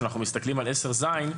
כשאנחנו מסתכלים על 10ז,